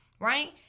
right